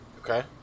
Okay